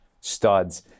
studs